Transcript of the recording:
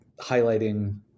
highlighting